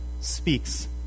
speaks